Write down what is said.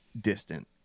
distant